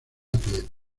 athletic